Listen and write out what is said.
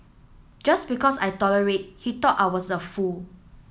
just because I tolerate he thought I was a fool